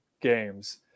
games